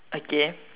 okay